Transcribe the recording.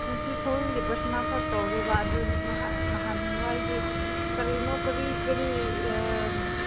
ꯑꯗꯨ ꯁꯤꯠ ꯁꯣꯋꯤꯡꯒꯤ ꯄꯔꯊꯅꯥ ꯈꯛ ꯇꯧꯔꯦꯕ ꯑꯗꯨ ꯅꯍꯥꯟꯋꯥꯏꯗꯤ ꯀꯔꯤꯅꯣ ꯀꯔꯤ ꯀꯔꯤ